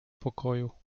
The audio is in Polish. pokoju